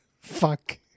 Fuck